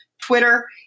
Twitter